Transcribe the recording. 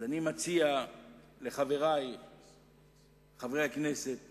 אז אני מציע לחברי חברי הכנסת